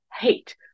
hate